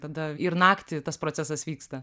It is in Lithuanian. tada ir naktį tas procesas vyksta